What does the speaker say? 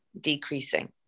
decreasing